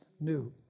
new